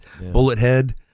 Bullethead